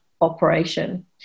operation